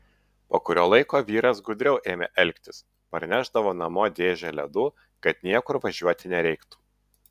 po kurio laiko vyras gudriau ėmė elgtis parnešdavo namo dėžę ledų kad niekur važiuoti nereiktų